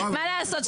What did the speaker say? מה לעשות?